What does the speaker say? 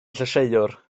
llysieuwr